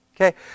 Okay